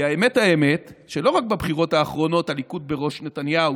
כי האמת שלא רק בבחירות האחרונות הליכוד בראשות נתניהו